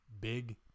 Big